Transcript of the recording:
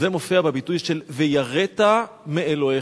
וזה מופיע בביטוי "ויראת מאלהיך".